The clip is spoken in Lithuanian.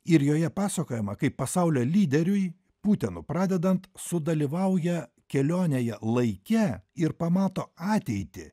ir joje pasakojama kaip pasaulio lyderiui putenu pradedant sudalyvauja kelionėje laike ir pamato ateitį